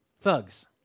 thugs